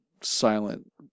silent